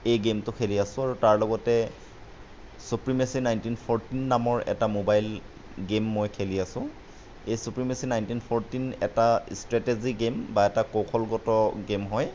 এই গে'মটো খেলি আছোঁ আৰু তাৰ লগতে চুপ্ৰিমেচি নাইনটিন ফ'ৰটিন নামৰ এটা মোবাইল গে'ম মই খেলি আছোঁ এই চুপ্ৰিমেচি ফ'ৰটিন এটা ষ্ট্ৰেটেজী গে'ম বা এটা কৌশলগত গে'ম হয়